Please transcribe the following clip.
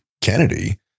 Kennedy